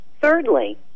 Thirdly